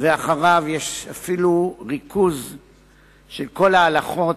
ואחריו יש אפילו ריכוז של כל ההלכות,